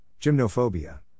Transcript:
Gymnophobia